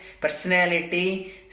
personality